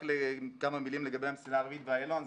כמה מילים לגבי המסילה הרביעית באיילון.